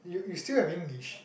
you you still have English